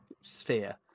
sphere